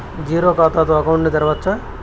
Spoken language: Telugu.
జీరో ఖాతా తో అకౌంట్ ను తెరవచ్చా?